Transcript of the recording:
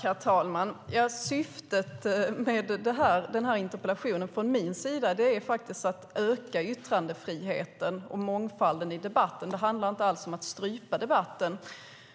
Herr talman! Syftet med interpellationen från min sida är faktiskt att öka yttrandefriheten och mångfalden i debatten; det handlar inte alls om att strypa debatten.